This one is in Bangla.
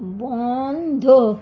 বন্ধ